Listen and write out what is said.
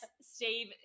Steve